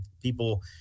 people